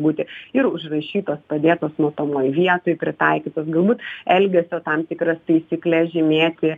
būti ir užrašytos padėtos matomoj vietoj pritaikytas galbūt elgesio tam tikras taisykles žymėti